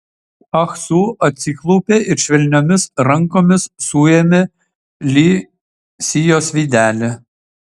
ah su atsiklaupė ir švelniomis rankomis suėmė li sijos veidelį